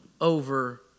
over